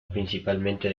principalmente